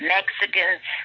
Mexicans